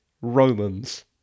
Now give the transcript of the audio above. Romans